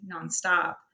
nonstop